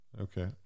Okay